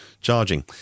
Charging